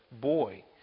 boy